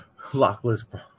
Lockless